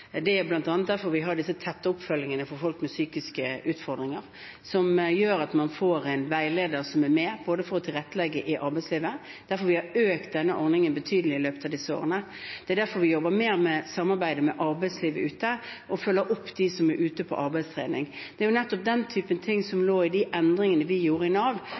Det er bl.a. derfor vi har tett oppfølging av folk med psykiske utfordringer – man får en veileder som er med for å tilrettelegge i arbeidslivet. Det er derfor vi har økt denne ordningen betydelig i løpet av disse årene. Det er derfor vi jobber mer med samarbeidet med arbeidslivet ute og følger opp dem som er ute på arbeidstrening. Det er nettopp den typen ting som lå i de endringene vi gjorde i Nav,